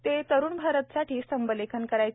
ते तरुण भारतासाठी स्तंभ लेखन करायचे